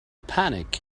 panic